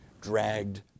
dragged